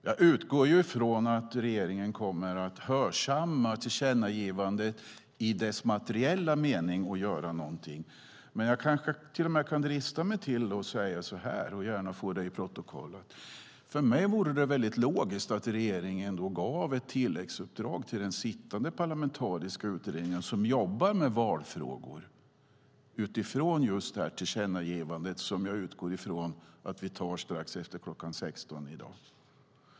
Jag utgår ifrån att regeringen kommer att hörsamma tillkännagivandet i dess materiella mening och göra någonting. Jag kanske till och med kan drista mig till att säga, och gärna få det i protokollet, att för mig vore det logiskt att regeringen, utifrån det här tillkännagivandet, gav ett tilläggsuppdrag till den sittande parlamentariska utredningen som jobbar med valfrågor. Jag utgår ifrån att vi fattar beslut om detta tillkännagivande strax efter kl. 16 i dag.